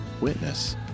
witness